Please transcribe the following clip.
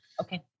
Okay